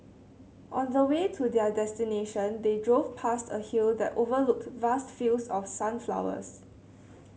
on the way to their destination they drove past a hill that overlooked vast fields of sunflowers